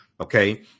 Okay